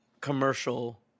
commercial